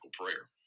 prayer